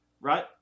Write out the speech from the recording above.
right